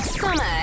summer